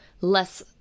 less